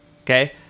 Okay